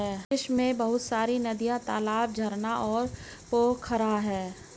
विश्व में बहुत सारी नदियां, तालाब, झरना और पोखरा है